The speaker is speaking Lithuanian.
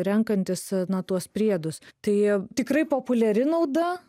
renkantis na tuos priedus tai tikrai populiari nauda